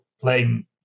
playing